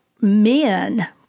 men